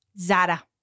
Zara